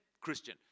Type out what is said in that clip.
Christian